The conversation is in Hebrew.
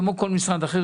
כמו כל משרד אחר,